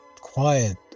quiet